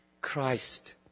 Christ